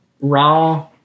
raw